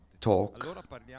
talk